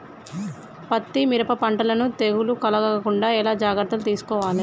పత్తి మిరప పంటలను తెగులు కలగకుండా ఎలా జాగ్రత్తలు తీసుకోవాలి?